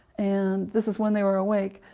and this is when they were awake.